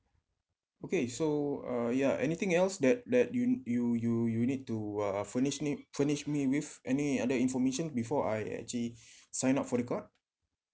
okay so uh ya anything else that that you you you you need to uh furnish need furnish me with any other information before I actually sign up for the card